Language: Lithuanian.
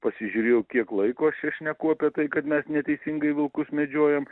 pasižiūrėjau kiek laiko aš čia šneku apie tai kad mes neteisingai vilkus medžiojam